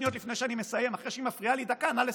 אחרי הפיגוע הזה, להגיד,